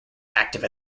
active